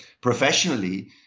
professionally